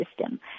system